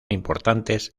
importantes